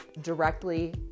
directly